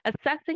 assessing